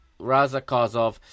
Razakov